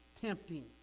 tempting